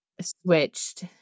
switched